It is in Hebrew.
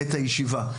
בעת הישיבה.